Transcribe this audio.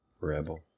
Rebel